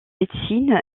médecine